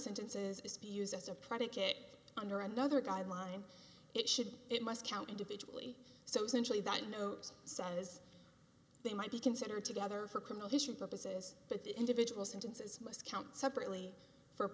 sentences is to be used as a predicate under another guideline it should it must count individually so essentially that note says they might be considered together for criminal history purposes but the individual sentences must count separately for